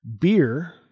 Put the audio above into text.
beer